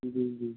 جی جی